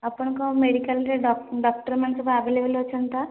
ଆପଣଙ୍କ ମେଡ଼ିକାଲ୍ରେ ଡକ୍ଟର୍ମାନେ ସବୁ ଆଭେଲେବଲ୍ ଅଛନ୍ତି ତ